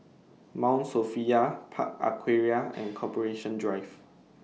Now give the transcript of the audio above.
Mount Sophia Park Aquaria and Corporation Drive